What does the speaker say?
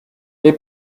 they